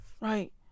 right